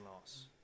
loss